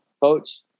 coach